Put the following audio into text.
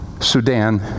Sudan